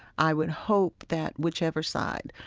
i would hope that whichever side,